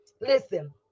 listen